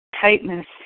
tightness